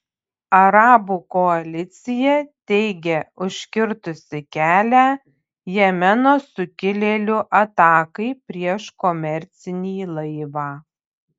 arabų koalicija teigia užkirtusi kelią jemeno sukilėlių atakai prieš komercinį laivą